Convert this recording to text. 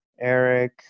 Eric